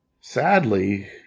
sadly